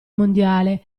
mondiale